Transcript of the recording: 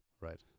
Right